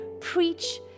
preach